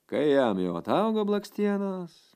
kai jam jau ataugo blakstienos